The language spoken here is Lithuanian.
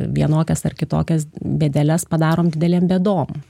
vienokias ar kitokias bėdeles padarom didelėm bėdom